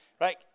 Right